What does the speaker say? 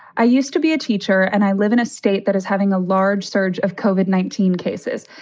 i used to be a teacher and i live in a state that is having a large surge of covid nineteen cases.